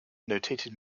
notated